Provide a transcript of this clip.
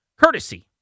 courtesy